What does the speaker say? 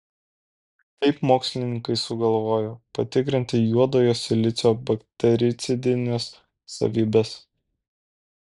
kaip mokslininkai sugalvojo patikrinti juodojo silicio baktericidines savybes